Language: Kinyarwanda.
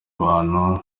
bantu